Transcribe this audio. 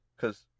cause